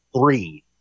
three